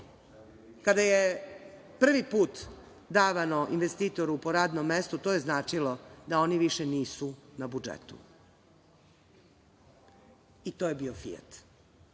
je prvi put davano investitoru po radnom mestu, to je značilo da oni više nisu na budžetu, i to je bio „Fijat“.